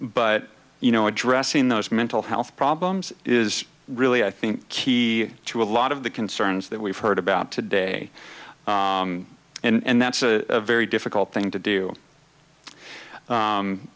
but you know addressing those mental health problems is really i think key to a lot of the concerns that we've heard about today and that's a very difficult thing to do